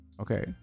Okay